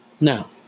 Now